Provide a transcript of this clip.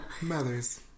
Mothers